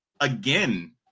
again